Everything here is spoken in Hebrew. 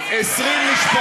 20 משפחות,